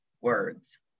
words